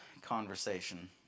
conversation